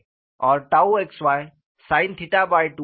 और tau xy sin2 cos32 है